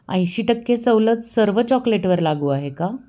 ऐंशी टक्के सवलत सर्व चॉकलेटवर लागू आहे का